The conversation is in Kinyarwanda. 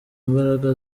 imbaraga